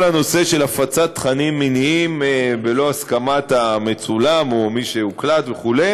הנושא של הפצת תכנים מיניים בלא הסכמת המצולם או מי שהוקלט וכו'